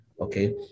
Okay